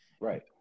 Right